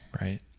right